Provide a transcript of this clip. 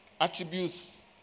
attributes